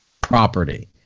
property